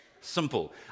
simple